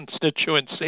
constituency